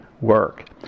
work